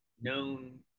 known